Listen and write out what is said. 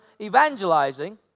evangelizing